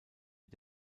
mit